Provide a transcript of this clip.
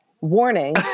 warning